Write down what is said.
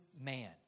man